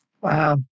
Wow